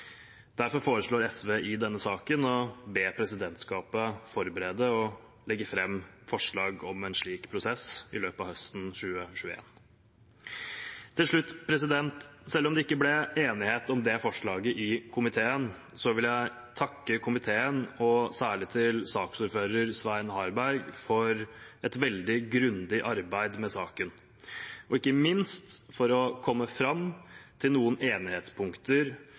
Derfor foreslår SV i denne saken å be presidentskapet forberede og legge fram forslag om en slik prosess i løpet av høsten 2021. Til slutt: Selv om det ikke ble enighet om det forslaget i komiteen, vil jeg takke komiteen og særlig saksordfører Svein Harberg for et veldig grundig arbeid med saken, og ikke minst for å komme fram til noen enighetspunkter